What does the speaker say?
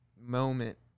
moment